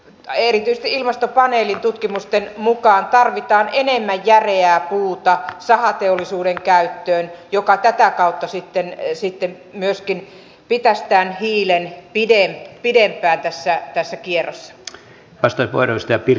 erityisesti ilmastopaneelitutkimusten mukaan tarvitaan enemmän järeää puuta sahateollisuuden käyttöön joka tätä kautta sitten myöskin pitäisi tämän hiilen pidempään tässä kierrossa